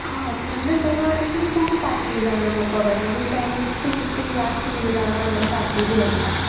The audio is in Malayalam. ആ ആക്സിഡൻറ് ഉണ്ടാവുകയാണെങ്കിൽ ഫുൾ പാക്കേജ് ആണ് നമ്മൾ പ്രൊവൈഡ് ചെയ്യുന്നത് ഒരു ടെൻ ടൂ ഫിഫ്റ്റീൻ ലാഖ്സിന്റെ ഉള്ളിലാണ് നമ്മുടെ പാക്കേജ് വരുന്നത്